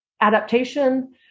adaptation